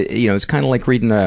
you know, it's kind of like reading ah